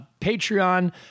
Patreon